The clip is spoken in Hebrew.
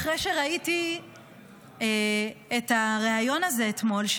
אחרי שראיתי את הריאיון הזה אתמול,